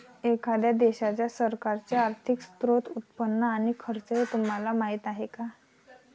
एखाद्या देशाच्या सरकारचे आर्थिक स्त्रोत, उत्पन्न आणि खर्च हे तुम्हाला माहीत आहे का